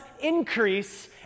increase